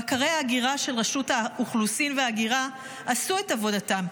בקרי ההגירה של רשות האוכלוסין וההגירה עשו את עבודתם,